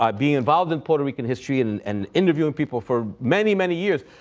um being involved in puerto rican history and and interviewing people for many, many years,